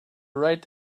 right